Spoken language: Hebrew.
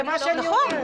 נכון, זה מה שאני אומרת.